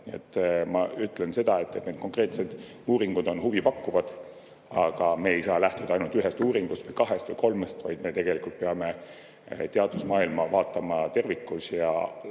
Ma ütlen seda, et need konkreetsed uuringud on huvipakkuvad, aga me ei saa lähtuda ainult ühest uuringust või kahest või kolmest, vaid me peame teadusmaailma vaatama tervikuna ja